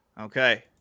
Okay